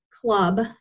club